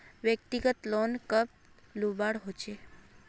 व्यक्तिगत लोन कब लुबार चही?